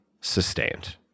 sustained